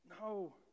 No